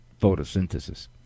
photosynthesis